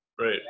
Right